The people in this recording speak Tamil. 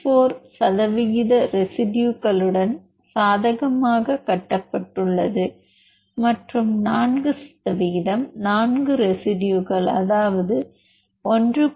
4 சதவிகித ரெசிடுயுகளுடன் சாதகமாக கட்டப்பட்டுள்ளது மற்றும் 4 சதவிகிதம் 4 ரெசிடுயுகள் அதாவது 1